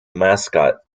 mascot